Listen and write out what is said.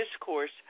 discourse